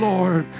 Lord